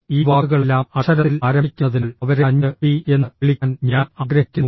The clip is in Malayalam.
ഈ വാക്കുകളെല്ലാം അക്ഷരത്തിൽ ആരംഭിക്കുന്നതിനാൽ അവരെ അഞ്ച് പി എന്ന് വിളിക്കാൻ ഞാൻ ആഗ്രഹിക്കുന്നു